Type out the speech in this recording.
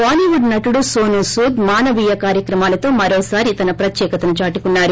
బాలీవుడ్ నటుడు నోనూసూద్ మానవీయ కార్యక్రమాలతో మరోసారి తన ప్రత్యేకతను చాటుకున్నాడు